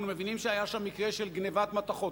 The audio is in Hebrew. אנחנו מבינים שהיה שם מקרה של גנבת מתכות.